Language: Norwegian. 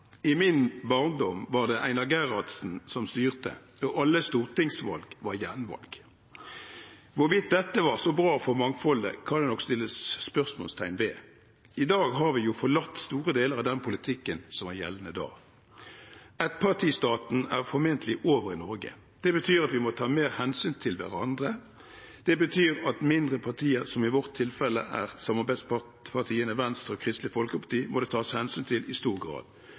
I min barndom var det Einar Gerhardsen som styrte, og alle stortingsvalg var gjenvalg. Hvorvidt dette var så bra for mangfoldet, kan det nok settes spørsmåltegn ved. I dag har vi jo forlatt store deler av den politikken som var gjeldende da. Ettpartistaten er formentlig over i Norge. Det betyr at vi må ta mer hensyn til hverandre. Det betyr at mindre partier, som i vårt tilfelle samarbeidspartiene Venstre og Kristelig Folkeparti, må tas hensyn til i stor grad.